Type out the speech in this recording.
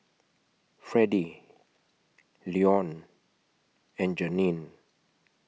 Freddy Leone and Jeannine